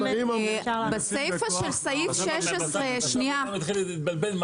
(קריאות) מי שיקרא את המדד הזה, יתחיל להתבלבל.